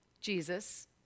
Jesus